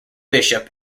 bishop